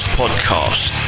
podcast